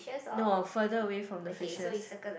no further away from the fishes